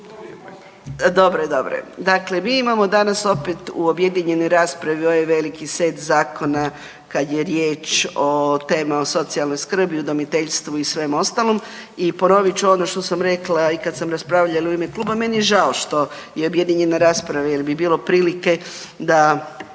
dobro je, dobro je. Dakle, mi imamo danas opet u objedinjenoj raspravi ovaj veliki set zakona kad je riječ o temi o socijalnoj skrbi, udomiteljstvu i svem ostalom i ponovit ću ono što sam rekla i kad sam raspravljala u ime kluba, meni je žao što je objedinjena rasprava jer bi bilo prilike da